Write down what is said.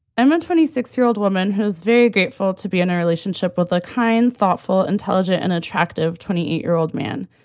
i'm a twenty six year old woman who's very grateful to be in a relationship with a kind, thoughtful, intelligent and attractive twenty eight year old man.